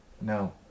no